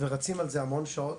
ורצים על זה המון שעות,